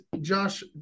Josh